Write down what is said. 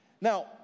Now